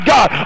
God